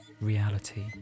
reality